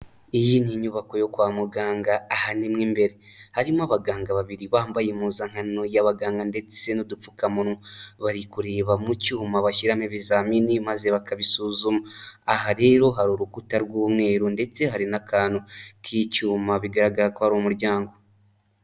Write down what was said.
Iyi inyubako yo kwa muganga, aha ni mo imbere, harimo abaganga babiri bambaye impuzankano y'abaganga ndetse n'udupfukamunwa, bari kureba mu cyuma bashyiramo ibizamini maze bakabisuzuma, aha rero hari urukuta rw'umweru, ndetse hari n'akantu k'icyuma bigaragara ko hari umuryango.